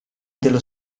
dello